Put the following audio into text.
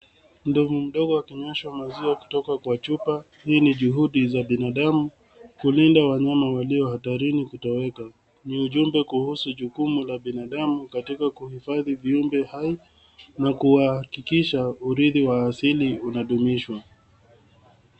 Ndovu mdogo akinyeshwa maziwa kutoka kwa chupa. Hii ni juhudi za binadamu kulinda wanyama walio hatarini kutoweka. Ni ujumbe kuhusu jukumu la binadamu katika kuhifadhi viumbe hai na kuhakikisha uridhi wa asili unadumishwa.